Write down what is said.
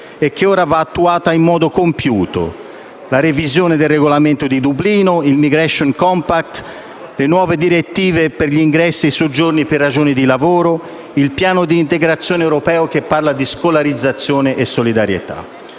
e che ora va attuata in modo compiuto. La revisione del Regolamento di Dublino, il *migration compact*, le nuove direttive per gli ingressi e i soggiorni per ragioni di lavoro, il piano di integrazione europeo che parla di scolarizzazione e solidarietà: